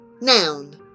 Noun